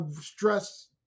stress